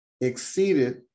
exceeded